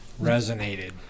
resonated